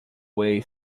way